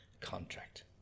contract